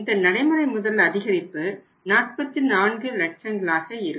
இந்த நடைமுறை முதல் அதிகரிப்பு 44 லட்சங்களாக இருக்கும்